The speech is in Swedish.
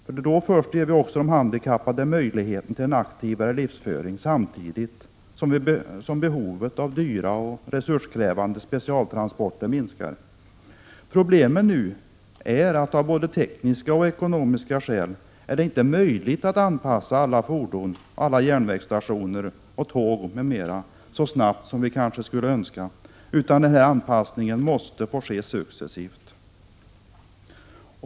Först då ger vi också de handikappade möjligheter till en aktivare livsföring, samtidigt som behovet av dyra och resurskrävande specialtransporter minskar. Problemet nu är att det av både tekniska och ekonomiska skäl inte är möjligt att anpassa alla fordon, järnvägsstationer, tåg m.m. så snabbt som vi kanske skulle önska, utan att den här anpassningen måste få ske successivt.